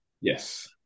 Yes